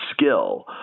skill